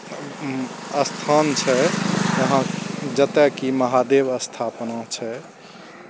स्थान छै जहाँ जतय कि महादेव स्थापना छै